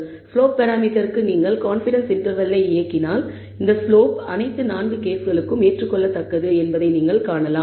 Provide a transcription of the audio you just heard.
slope பராமீட்டருக்கு நீங்கள் confidence இன்டர்வெல்லை இயக்கினால் இந்த ஸ்லோப் அனைத்து 4 கேஸ்களுக்கும் ஏற்றுக்கொள்ளத்தக்கது என்பதை நீங்கள் காணலாம்